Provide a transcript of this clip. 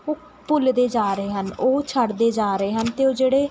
ਉਹ ਭੁੱਲਦੇ ਜਾ ਰਹੇ ਹਨ ਉਹ ਛੱਡਦੇ ਜਾ ਰਹੇ ਹਨ ਅਤੇ ਉਹ ਜਿਹੜੇ